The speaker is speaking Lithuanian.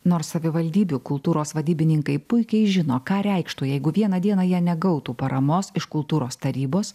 nors savivaldybių kultūros vadybininkai puikiai žino ką reikštų jeigu vieną dieną jie negautų paramos iš kultūros tarybos